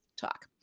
talk